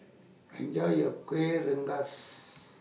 Enjoy your Kueh Rengas